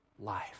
life